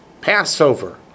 Passover